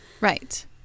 right